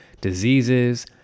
diseases